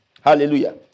Hallelujah